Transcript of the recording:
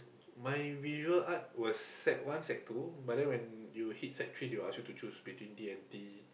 my visual art was sec one sec two but then when you hit sec three they will ask you to choose between D-and-T